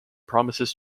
promises